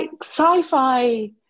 sci-fi